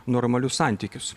normalius santykius